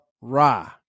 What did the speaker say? Ra